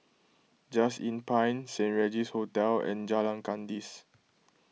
Just Inn Pine Saint Regis Hotel and Jalan Kandis